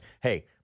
Hey